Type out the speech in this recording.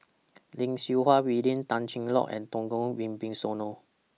Lim Siew Wai William Tan Cheng Lock and Djoko Wibisono